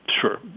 sure